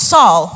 Saul